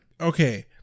Okay